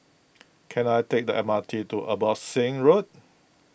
can I take the M R T to Abbotsingh Road